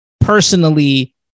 personally